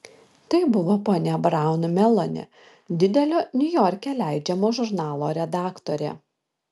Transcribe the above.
tai buvo ponia braun meloni didelio niujorke leidžiamo žurnalo redaktorė